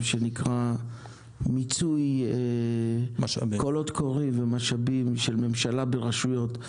שנקרא מיצוי קולות קוראים ומשאבים של ממשלה ברשויות,